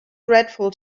dreadful